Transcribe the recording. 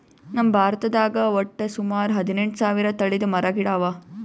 ನಮ್ ಭಾರತದಾಗ್ ವಟ್ಟ್ ಸುಮಾರ ಹದಿನೆಂಟು ಸಾವಿರ್ ತಳಿದ್ ಮರ ಗಿಡ ಅವಾ